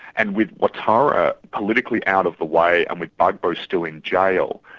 and with ouattara politically out of the way and with gbagbo still in jail,